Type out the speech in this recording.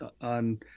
on